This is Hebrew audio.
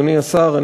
אדוני השר,